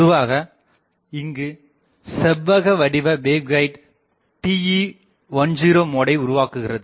பொதுவாக இங்குச் செவ்வகவடிவ வேவ்கைடு TE10 மோடை உருவாக்குகிறது